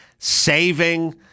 Saving